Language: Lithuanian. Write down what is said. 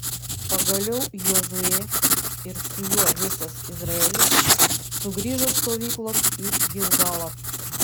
pagaliau jozuė ir su juo visas izraelis sugrįžo stovyklon į gilgalą